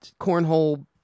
cornhole